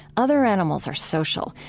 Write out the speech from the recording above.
other animals are social,